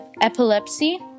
epilepsy